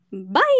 Bye